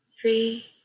three